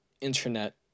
internet